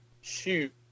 Shoot